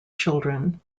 children